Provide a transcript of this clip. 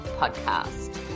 podcast